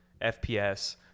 FPS